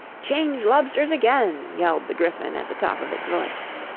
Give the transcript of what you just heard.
change lobsters again yelled the gryphon at the top of its voice.